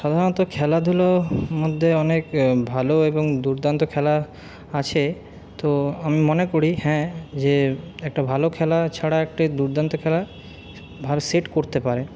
সাধারণত খেলাধুলোর মধ্যে অনেক ভালো এবং দুর্দান্ত খেলা আছে তো আমি মনে করি হ্যাঁ যে একটা ভালো খেলা ছাড়া একটা দুর্দান্ত খেলা ভালো সেট করতে পারে